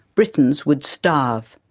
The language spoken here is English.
britons would starve.